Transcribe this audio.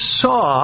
saw